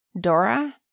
Dora